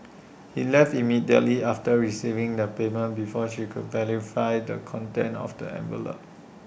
he left immediately after receiving the payment before she could verify the contents of the envelope